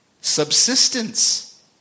subsistence